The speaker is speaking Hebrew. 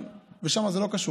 ושם זה לא קשור,